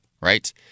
right